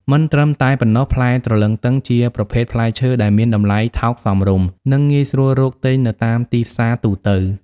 មិនត្រឹមតែប៉ុណ្ណោះ ផ្លែទ្រលឹងទឹងជាប្រភេទផ្លែឈើដែលមានតម្លៃថោកសមរម្យ និងងាយស្រួលរកទិញនៅតាមទីផ្សារទូទៅ។